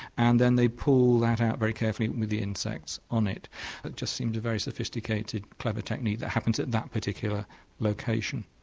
and then they pull that out very carefully with the insects on it. it just seemed a very sophisticated and clever technique that happens at that particular location.